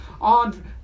on